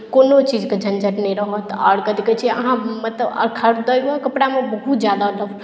कोनो चीजके झञ्झट नहि रहत आओर कथी कहैत छै अहाँ मतलब आ खरिदौओ कपड़ामे बहुत ज्यादा लफड़ा